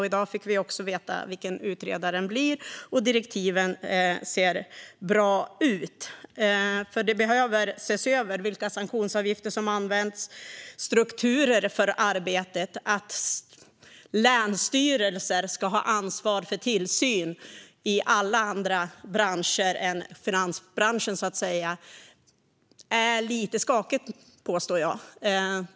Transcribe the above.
I dag fick vi också veta vem utredaren blir, och direktiven ser bra ut. Man behöver se över vilka sanktionsavgifter som används och strukturer för arbetet. Att länsstyrelser ska ha ansvar för tillsyn i alla andra branscher än finansbranschen är lite skakigt, påstår jag.